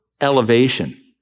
elevation